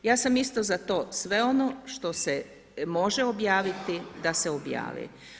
Ja sam isto za to, sve ono što se može objaviti, da se objavi.